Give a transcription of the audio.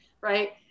right